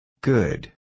Good